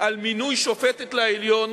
על מינוי שופטת לעליון,